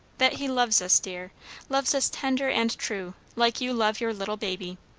that he loves us, dear loves us tender and true like you love your little baby,